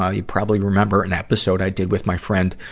ah you probably remember an episode i did with my friend,